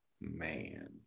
Man